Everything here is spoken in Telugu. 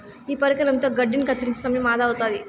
ఈ పరికరంతో గడ్డిని కత్తిరించే సమయం ఆదా అవుతాది